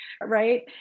right